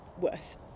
worth